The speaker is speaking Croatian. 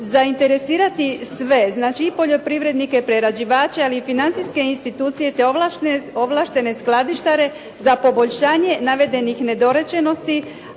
zainteresirati sve, znači i poljoprivrednike, prerađivače ali i financijske institucije, te ovlaštene skladištare za poboljšanje nedovršenih nedorečenosti,